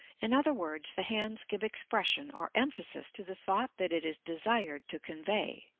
in other words, the hands give expression or emphasis to the thought that it is desired to convey,